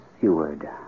Seward